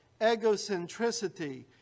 egocentricity